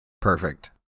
Perfect